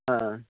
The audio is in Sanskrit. हा